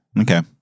Okay